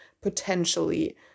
potentially